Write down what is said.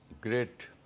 great